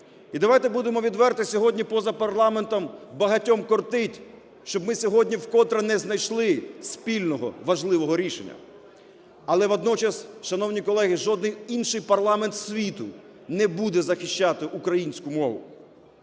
І давайте будемо відверті, сьогодні поза парламентом багатьом кортить, щоб ми сьогодні вкотре не знайшли спільного важливого рішення. Але водночас, шановні колеги, жодний інший парламент світу не буде захищати українську мову.